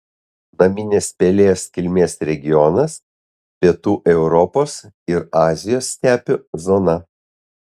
naminės pelės kilmės regionas pietų europos ir azijos stepių zona